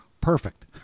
Perfect